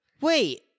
wait